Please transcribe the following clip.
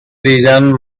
reason